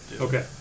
Okay